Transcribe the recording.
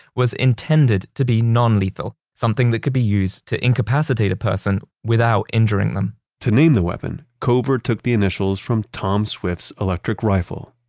was intended to be non-lethal, something that could be used to incapacitate a person without injuring them to name the weapon, cover took the initials from tom swift's electric rifle,